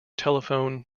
telephone